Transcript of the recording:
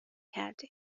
کرده